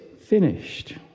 finished